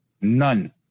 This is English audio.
none